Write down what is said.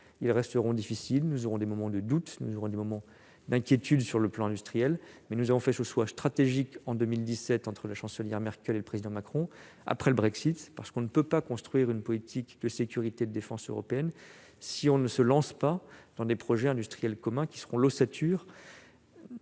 irréversibles. Nous aurons des moments de doute, nous aurons des moments d'inquiétude sur le plan industriel, mais il faut saluer ce choix stratégique qu'ont fait en 2017 la chancelière Merkel et le président Macron, après le Brexit. On ne peut pas construire une politique de sécurité et de défense européenne sans se lancer dans des projets industriels communs qui formeront l'ossature